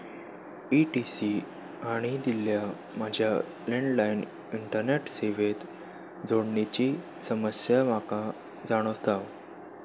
E T C हांणी दिल्ल्या म्हज्या लँडलायन इंटरनॅट सेवेंत जोडणेची समस्या म्हाका जाणवता